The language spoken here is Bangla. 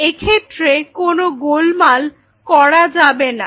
এক্ষেত্রে কোন গোলমাল করা যাবে না